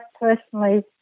personally